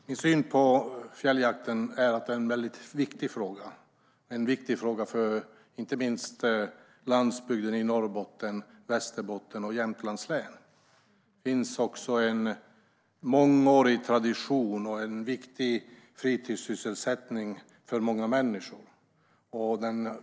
Fru talman! Fjälljakten är en viktig fråga, inte minst för landsbygden i Norrbottens, Västerbottens och Jämtlands län. Det är en mångårig tradition och en viktig fritidssysselsättning för många människor.